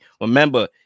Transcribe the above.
Remember